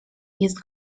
jest